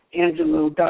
Angelo